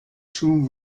two